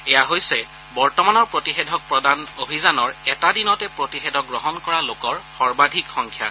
এয়া হৈছে বৰ্তমানৰ প্ৰতিষেধক প্ৰদান অভিযানৰ এটা দিনতে প্ৰতিষেধক গ্ৰহণ কৰা লোকৰ সৰ্বাধিক সংখ্যা